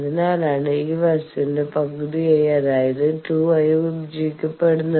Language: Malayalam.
അതിനാലാണ് ഈ വസ്തുവിന്റെ പകുതിയായി അതായത് 2 ആയി വിഭജിക്കപ്പെടുന്നത്